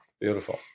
Beautiful